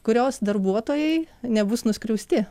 kurios darbuotojai nebus nuskriausti